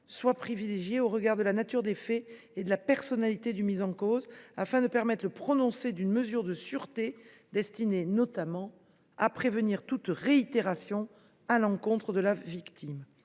soit privilégiée, au regard de la nature des faits et de la personnalité du mis en cause, afin de permettre le prononcé d’une mesure de sûreté destinée notamment à prévenir toute réitération à l’encontre de la victime.